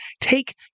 take